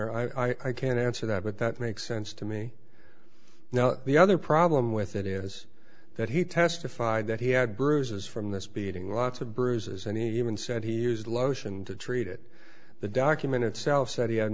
honor i can't answer that but that makes sense to me now the other problem with it is that he testified that he had bruises from this beating lots of bruises and he even said he used lotion to treat it the document itself sa